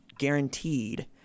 guaranteed